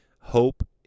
Hope